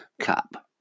cap